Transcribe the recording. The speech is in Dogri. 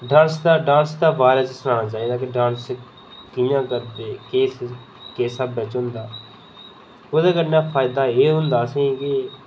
डांस दे बारै च सनाना चाहिदा कि डांस कि'यां करदे ते किस स्हाबै च होंदा ओह्दे कन्नै फायदा एह् होंदा असेंगी कि